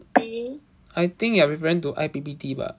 I think you are referring to I_P_P_T bah